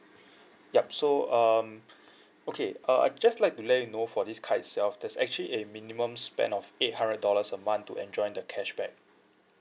yup so um okay uh I just like to let you know for this card itself there's actually a minimum spend of eight hundred dollars a month to enjoy the cashback